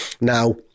Now